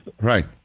right